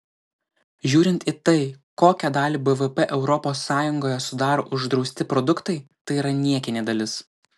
žiūrint į tai kokią dalį bvp europos sąjungoje sudaro uždrausti produktai tai yra niekinė dalis